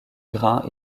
grain